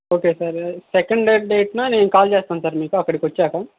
okay sir second date న నేను call చేస్తాను సార్ మీకు అక్కడకి వచ్చాక